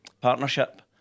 partnership